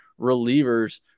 relievers